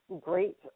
great